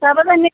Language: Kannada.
ಸಾಬೂದಾನಿ